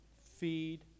feed